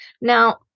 Now